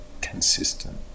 consistent